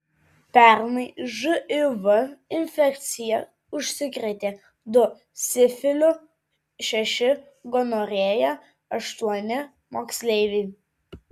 pernai živ infekcija užsikrėtė du sifiliu šeši gonorėja aštuoni moksleiviai